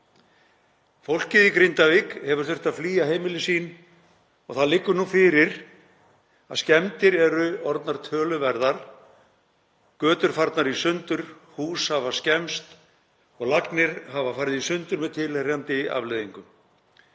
Fólkið í Grindavík hefur þurft að flýja heimili sín og það liggur nú fyrir að skemmdir eru orðnar töluverðar, götur farnar í sundur, hús hafa skemmst og lagnir hafa farið í sundur með tilheyrandi afleiðingum.